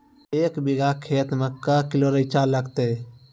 एक बीघा खेत मे के किलो रिचा लागत?